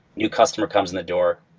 new customer comes in the door,